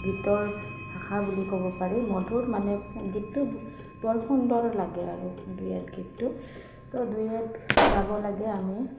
গীতৰ ভাষা বুলি ক'ব পাৰি মধুৰ মানে গীতটো বৰ সুন্দৰ লাগে আৰু ডুৱেট গীতটো তো ডুৱেট গাব লাগে আমি